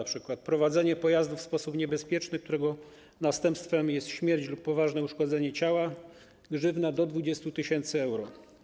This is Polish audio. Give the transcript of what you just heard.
Np. za prowadzenie pojazdu w sposób niebezpieczny, którego następstwem jest śmierć lub poważne uszkodzenie ciała, grzywna wynosi do 20 tys. euro.